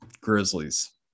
Grizzlies